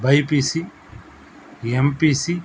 BiPC MPC